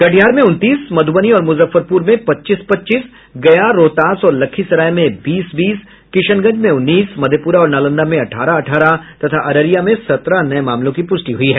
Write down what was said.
कटिहार में उनतीस मध्रबनी और मुजफ्फरपुर में पच्चीस पच्चीस गया रोहतास और लखीसराय में बीस बीस किशनगंज में उन्नीस मधेपुरा और नालंदा में अट्ठारह अ्ठारह तथा अररिया में सत्रह नये मामलों की पुष्टि हुई है